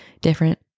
different